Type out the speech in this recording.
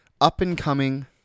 up-and-coming